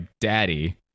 Daddy